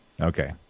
Okay